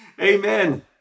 Amen